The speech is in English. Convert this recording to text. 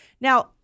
Now